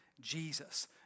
Jesus